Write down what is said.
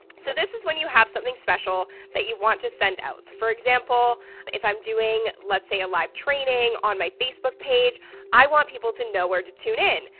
so this is when you have something special that you want to send out. for example if i'm doing let's say a live training on my facebook page i want people to know where to tune in.